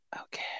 Okay